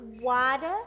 Water